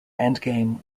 endgame